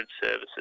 services